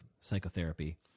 psychotherapy